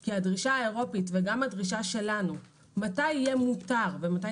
כי הדרישה האירופית וגם הדרישה שלנו מתי יהיה מוצר ומתי